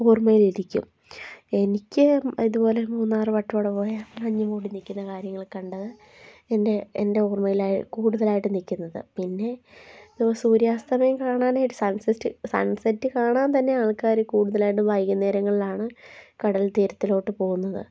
ഓർമയിലിരിക്കും എനിക്ക് ഇതുപോലെ മൂന്നാർ വട്ടവട പോയ മഞ്ഞ് മൂടി നിൽക്കുന്ന കാര്യങ്ങൾ കണ്ടത് എൻ്റെ എൻ്റെ ഓർമയിലായി കൂടുതലായിട്ട് നിൽക്കുന്നത് പിന്നെ നമ്മൾ സൂര്യാസ്തമയം കാണാനായിട്ട് സൺസെസ്റ്റ് സൺസെറ്റ് കാണാൻ തന്നെ ആൾക്കാർ കൂടുതലായിട്ടും വൈകുന്നേരങ്ങളിലാണ് കടൽ തീരത്തിലോട്ട് പോവുന്നത്